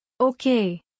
Okay